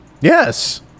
Yes